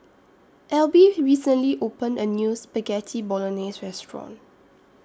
Elby recently opened A New Spaghetti Bolognese Restaurant